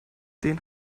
den